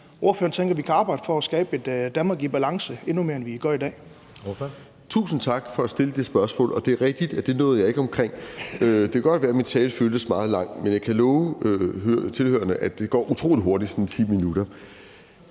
ordføreren at vi kan arbejde for at skabe et Danmark i balance, endnu mere end vi gør i dag?